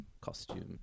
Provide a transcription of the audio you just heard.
costume